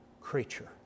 creature